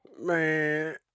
Man